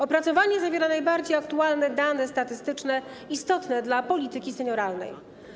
Opracowanie zawiera najbardziej aktualne dane statystyczne istotne dla polityki senioralnej.